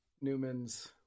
Newman's